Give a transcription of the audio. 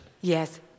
Yes